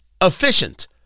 efficient